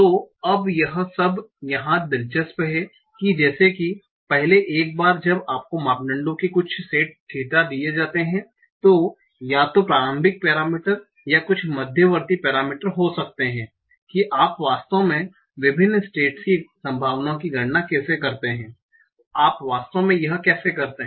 तो अब यह सब यहाँ दिलचस्प है जैसे की पहले एक बार जब आपको मापदंडों के कुछ सेट थीटा दिए जाते हैं जो या तो प्रारंभिक पैरामीटर या कुछ मध्यवर्ती पैरामीटर हो सकते हैं कि आप वास्तव में विभिन्न स्टेट्स की संभावनाओं की गणना कैसे करते हैं आप वास्तव में यह कैसे करते हैं